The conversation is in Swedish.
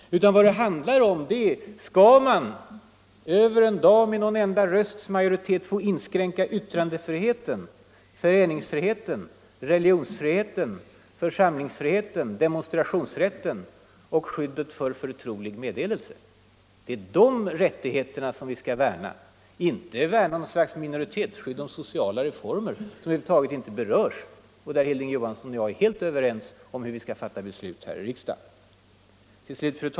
Vad det handlar om är: skall man över en dag, med någon enda rösts majoritet, få inskränka yttrandefriheten, föreningsfriheten, religionsfriheten, församlingsfriheten, demonstrationsrätten och skyddet för förtrolig meddelelse? Det är de rättigheterna som vi skall värna. Det är inte fråga om att införa något slags minoritetsskydd beträffande sociala reformer som över huvud taget inte berörs. Där är Hilding Johansson och jag helt överens om hur vi skall fatta beslut här i riksdagen.